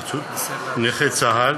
נכי צה"ל,